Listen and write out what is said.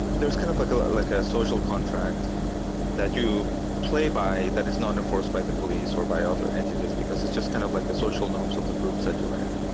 there's kind of like like a ah social contract that you play by that is not enforced by the police or by other entities, because it's just kind of like the social norms of the groups that you're in.